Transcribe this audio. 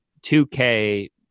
2K